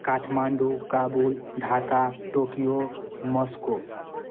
Kathmandu Kabul Dhaka Tokyo Moscow